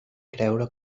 creure